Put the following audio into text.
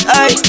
Hey